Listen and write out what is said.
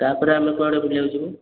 ତା'ପରେ ଆମେ କୁଆଡ଼େ ବୁଲିବାକୁ ଯିବୁ